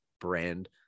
brand